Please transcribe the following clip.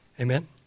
Amen